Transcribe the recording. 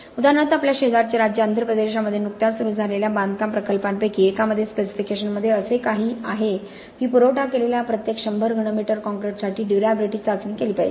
उदाहरणार्थ आमच्या शेजारचे राज्य आंध्र प्रदेशमध्ये नुकत्याच सुरू झालेल्या बांधकाम प्रकल्पांपैकी एकामध्ये स्पेसिफिकाशन मध्ये असे काही आहे की पुरवठा केलेल्या प्रत्येक 100 घनमीटर काँक्रीटसाठी ड्युर्याबिलिटी चाचणी केली पाहिजे